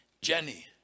Jenny